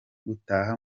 gutaha